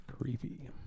creepy